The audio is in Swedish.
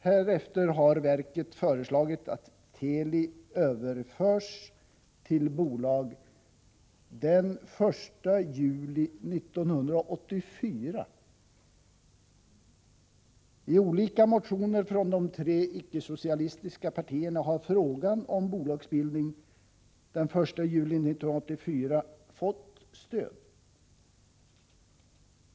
Härefter har verket föreslagit att Teli ombildas till bolag den 1 juli 1984. I olika motioner från de tre icke-socialistiska partierna har frågan om bolagsbildning den 1 juli 1984 fått stöd.